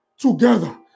Together